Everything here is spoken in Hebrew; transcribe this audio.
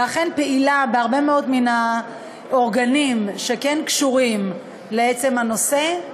ואכן פעילה בהרבה מאוד מהאורגנים שכן קשורים לעצם הנושא.